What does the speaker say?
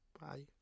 Bye